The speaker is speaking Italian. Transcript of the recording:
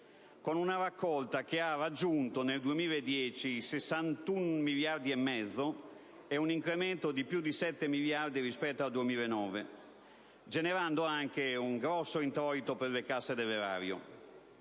con una raccolta che ha raggiunto nel 2010 i 61 miliardi e mezzo di euro con un incremento di più di 7 miliardi rispetto al 2009, generando anche un grosso introito per le casse dell'erario.